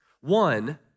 One